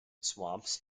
swamps